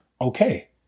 okay